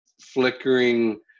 flickering